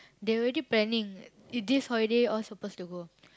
they already planning this holiday all supposed to go